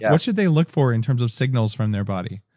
what should they look for, in terms of signals from their body?